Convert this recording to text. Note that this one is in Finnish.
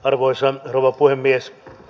arvoisa rouva puhemies